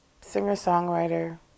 Singer-songwriter